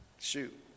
shoot